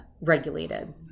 regulated